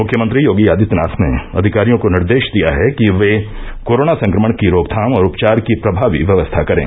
मुख्यमंत्री योगी आदित्यनाथ ने अधिकारियों को निर्देश दिया है कि वे कोरोना संक्रमण की रोकथाम और उपचार की प्रभावी व्यवस्था करें